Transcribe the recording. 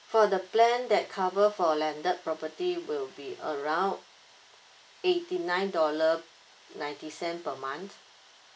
so the plan that cover for landed property will be around eighty nine dollar ninety cent per month